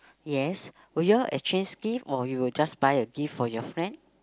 yes will you all exchange gifts or you will just buy a gift for your friend